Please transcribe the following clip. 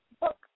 book